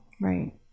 Right